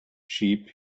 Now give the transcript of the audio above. sheep